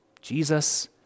Jesus